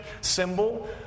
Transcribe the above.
symbol